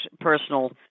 personal